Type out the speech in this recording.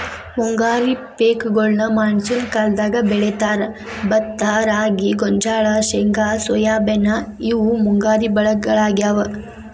ಮುಂಗಾರಿ ಪೇಕಗೋಳ್ನ ಮಾನ್ಸೂನ್ ಕಾಲದಾಗ ಬೆಳೇತಾರ, ಭತ್ತ ರಾಗಿ, ಗೋಂಜಾಳ, ಶೇಂಗಾ ಸೋಯಾಬೇನ್ ಇವು ಮುಂಗಾರಿ ಬೆಳಿಗೊಳಾಗ್ಯಾವು